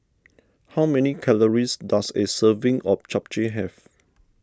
how many calories does a serving of Japchae have